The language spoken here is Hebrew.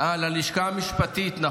ללשכה המשפטית.